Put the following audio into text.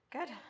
Good